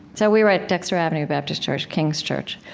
so we were at dexter avenue baptist church king's church.